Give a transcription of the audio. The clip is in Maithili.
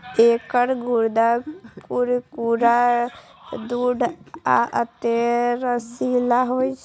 एकर गूद्दा कुरकुरा, दृढ़ आ अत्यंत रसीला होइ छै